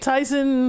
Tyson